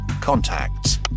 contacts